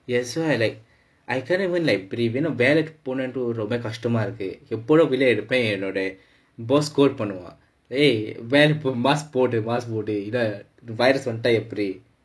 that's why like I couldn't even like breathe you know வேளைக்கு போடுறது ரொம்ப கஷ்டமா இருக்கு எப்போதும் வெளியே எடுப்பேன் என்:velaikku podurathu romba kashtamaa irukku eppodum veliyae eduppaen en boss call பண்ணுவான்:pannuvaan !hey! wear put mask போடு:podu mask போடு இதான்:podu ithaan virus வந்துட்டா எப்படி:vanthutaa eppadi